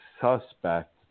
suspect